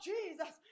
Jesus